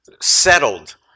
settled